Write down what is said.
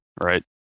Right